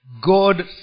God